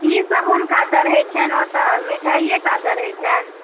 की सब हुनका चढ़य छनि ओतय मिठाइए टा चढ़य छनि